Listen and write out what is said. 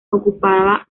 ocupaba